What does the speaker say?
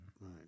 Right